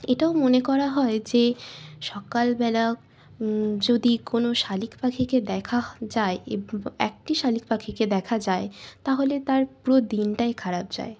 এটাও মনে করা হয় যে সকালবেলা যদি কোনো শালিক পাখিকে দেখা যায় একটি শালিক পাখিকে দেখা যায় তাহলে তার পুরো দিনটাই খারাপ যায়